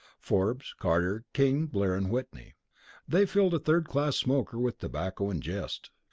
forbes, carter, king, blair, and whitney they filled a third-class smoker with tobacco and jest.